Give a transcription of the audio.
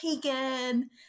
taken